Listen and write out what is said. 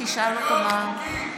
נוכח באולם,